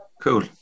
Cool